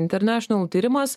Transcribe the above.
international tyrimas